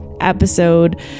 episode